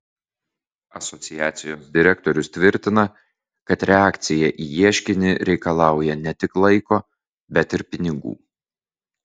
asociacijos direktorius tvirtina kad reakcija į ieškinį reikalauja ne tik laiko bet ir pinigų